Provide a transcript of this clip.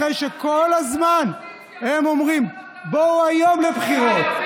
אחרי שכל הזמן הם אומרים: בואו היום לבחירות.